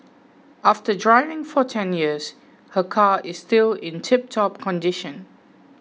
after driving for ten years her car is still in tiptop condition